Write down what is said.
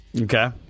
Okay